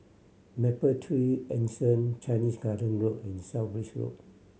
Mapletree Anson Chinese Garden Road and South Bridge Road